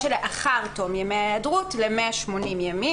שלאחר תום ימי ההיעדרות ל-182 ימים.